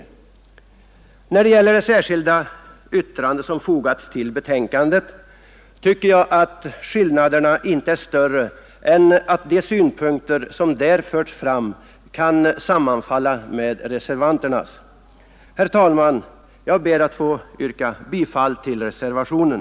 Skillnaderna mellan det särskilda yttrandet och reservanternas skrivning tycker jag inte är större än att de som står för det särskilda yttrandet borde ha kunnat ansluta sig till reservationen. Herr talman! Jag ber att få yrka bifall till reservationen.